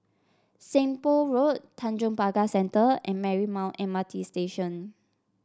Seng Poh Road Tanjong Pagar Centre and Marymount M R T Station